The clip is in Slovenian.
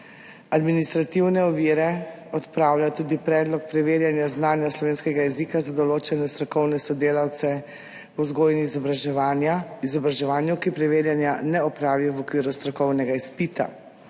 administrativne ovire odpravlja tudi predlog preverjanja znanja slovenskega jezika za določene strokovne sodelavce o vzgoji in izobraževanju, ki preverjanja ne opravi v okviru strokovnega izpita.